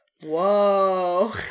Whoa